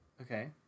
okay